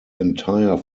entire